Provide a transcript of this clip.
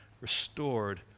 restored